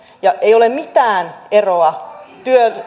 ei ole mitään eroa